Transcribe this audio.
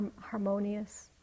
harmonious